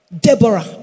Deborah